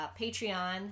Patreon